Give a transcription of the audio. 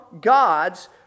God's